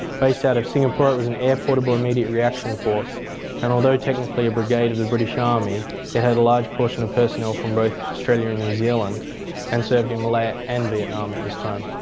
based out of singapore it was an air portable immediate reaction force and although technically a brigade of the british army it had a large portion of personnel from both australia and new zealand and served in malaya and vietnam at this time.